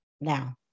now